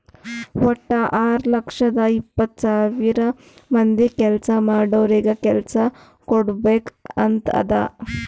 ವಟ್ಟ ಆರ್ ಲಕ್ಷದ ಎಪ್ಪತ್ತ್ ಸಾವಿರ ಮಂದಿ ಕೆಲ್ಸಾ ಮಾಡೋರಿಗ ಕೆಲ್ಸಾ ಕುಡ್ಬೇಕ್ ಅಂತ್ ಅದಾ